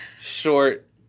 short